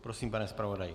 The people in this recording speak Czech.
Prosím, pane zpravodaji.